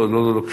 לא, לא, היא